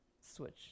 switch